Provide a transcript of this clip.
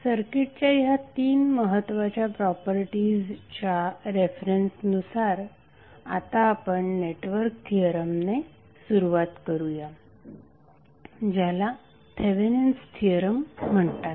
सर्किटच्या ह्या तीन महत्वाच्या प्रॉपर्टीजच्या रेफरन्सनुसार आता आपण नेटवर्क थिअरमने सुरुवात करूया ज्याला थेवेनिन्स थिअरम म्हणतात